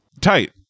Tight